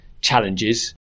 challenges